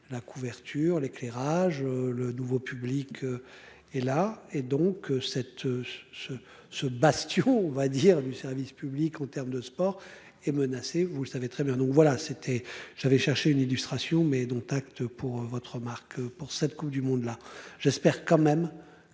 La couverture l'éclairage le nouveau public. Et la et donc cette, ce, ce bastion on va dire du service public en terme de sport et menacée, vous le savez très bien donc voilà c'était j'avais cherché une illustration mais dont acte pour votre marque pour cette Coupe du monde là j'espère quand même